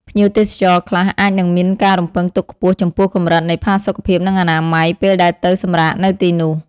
ភ្ញៀវទេសចរខ្លះអាចនឹងមានការរំពឹងទុកខ្ពស់ចំពោះកម្រិតនៃផាសុកភាពនិងអនាម័យ ពេលដែលទៅសម្រាកនៅទីនោះ។